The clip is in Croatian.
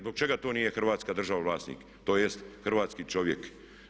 Zbog čega to nije Hrvatska država vlasnik tj. hrvatski čovjek?